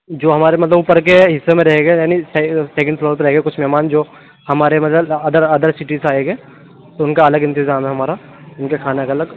جو ہمارے مطلب اُوپر کے حصّے میں رہیں گے یعنی سیکنڈ فلور پہ رہیں گے کچھ مہمان جو ہمارے مطلب ادر ادر سٹی سے آئیں گے اُن کا الگ انتظام ہے ہمارا اُن کے کھانا کا الگ